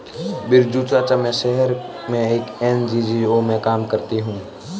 बिरजू चाचा, मैं शहर में एक एन.जी.ओ में काम करती हूं